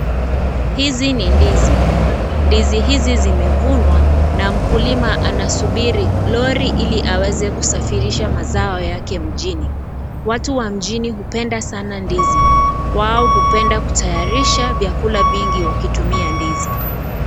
Hizi ni ndizi, ndizi hizi zimevunwa na mkulima anasubiri lori ili aweze kusafirisha mazao yake mjini, watu wa mjini hupenda sana ndizi, wao hupenda kutayarisha vyakula vingi wakitumia ndizi.